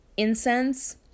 Incense